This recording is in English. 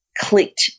clicked